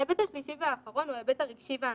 ההיבט השלישי והאחרון הוא ההיבט הרגשי והנפשי.